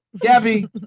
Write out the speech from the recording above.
Gabby